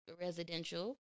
residential